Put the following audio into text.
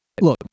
look